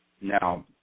Now